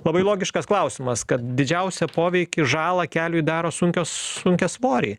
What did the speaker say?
labai logiškas klausimas kad didžiausią poveikį žalą keliui daro sunkios sunkiasvoriai